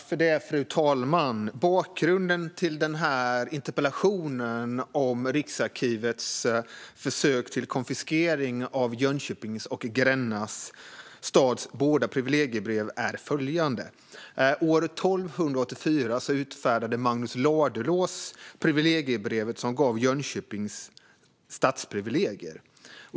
Fru talman! Bakgrunden till interpellationen om Riksarkivets försök till konfiskering av Jönköpings och Gränna stads båda privilegiebrev är följande. År 1284 utfärdade Magnus Ladulås det privilegiebrev som gav Jönköping stadsprivilegier.